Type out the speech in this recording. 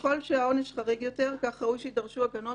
ככל שהעונש חריג יותר, כך ראוי שידרשו הגנות